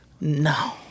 No